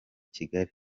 kigali